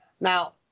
Now